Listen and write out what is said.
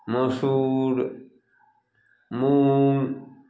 मसूर मूङ्ग